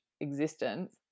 existence